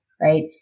right